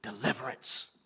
deliverance